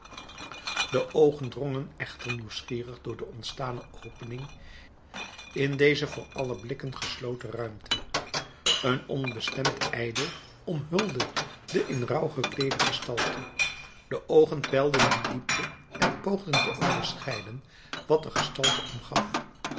de oogen drongen echter nieuwsgierig door de ontstane opening in deze voor aller blikken gesloten ruimte een onbestemd ijdel omhulde de in rouw gekleede gestalte de oogen peilden die diepte en poogden te onderscheiden wat de gestalte omgaf